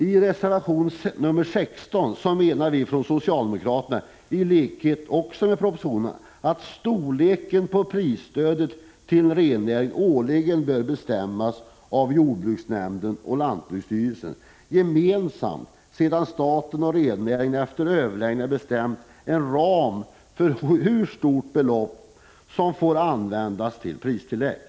I reservation 16 menar vi från socialdemokraterna, också i likhet med propositionen, att storleken på prisstödet till rennäringen årligen bör bestämmas av jordbruksnämnderna och lantbruksstyrelsen gemensamt sedan staten och rennäringen efter överläggningar bestämt en ram för hur stort belopp som får användas till pristillägg.